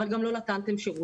אבל גם לא נתתם שירות.